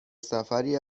سفری